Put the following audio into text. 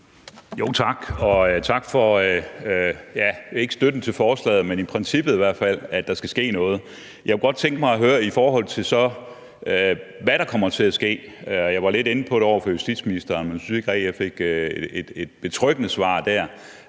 Tak, og tak for, ja, ikke støtten til forslaget, men i hvert fald til princippet om, at der skal ske noget. Jeg kunne godt tænke mig at høre, hvad der så kommer til at ske. Jeg var lidt inde på det over for justitsministeren, men jeg synes ikke rigtig, at jeg dér fik et betryggende svar.